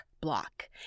block